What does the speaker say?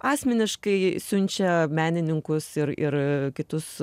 asmeniškai siunčia menininkus ir ir kitus